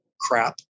crap